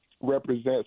represents